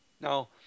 Now